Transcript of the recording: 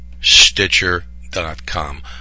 Stitcher.com